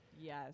Yes